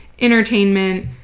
entertainment